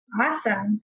Awesome